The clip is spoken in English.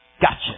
gotcha